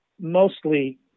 mostly